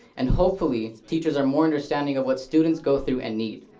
and hopefully, teachers are more understanding of what students go through and need.